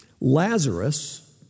Lazarus